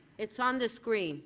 it's on the screen.